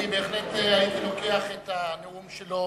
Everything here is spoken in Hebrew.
אני בהחלט הייתי לוקח את הנאום שלו,